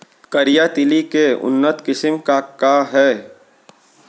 करिया तिलि के उन्नत किसिम का का हे?